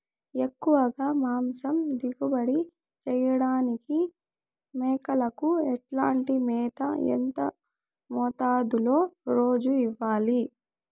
ఎక్కువగా మాంసం దిగుబడి చేయటానికి మేకలకు ఎట్లాంటి మేత, ఎంత మోతాదులో రోజు ఇవ్వాలి?